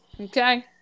Okay